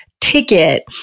ticket